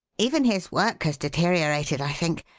even his work has deteriorated, i think,